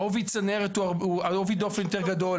עובי הצנרת הוא, עובי דפן יותר גדול.